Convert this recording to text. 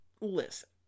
Listen